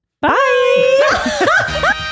Bye